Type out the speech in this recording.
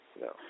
no